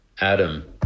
Adam